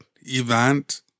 event